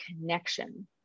connection